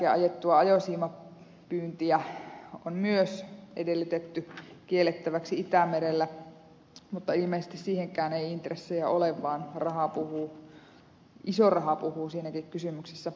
myös ajoverkkokalastuskiellon jälkeen ajettua ajosiimapyyntiä on edellytetty kiellettäväksi itämerellä mutta ilmeisesti siihenkään ei intressejä ole vaan iso raha puhuu siinäkin kysymyksessä